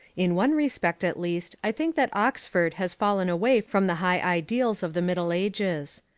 in one respect at least i think that oxford has fallen away from the high ideals of the middle ages.